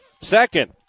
second